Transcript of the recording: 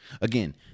Again